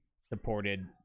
supported